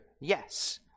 yes